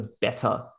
better